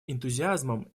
энтузиазмом